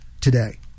today